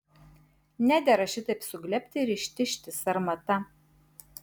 nedera šitaip suglebti ir ištižti sarmata